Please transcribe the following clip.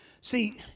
see